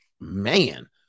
Man